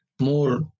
more